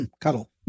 cuddle